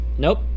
Nope